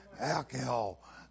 Alcohol